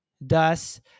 Thus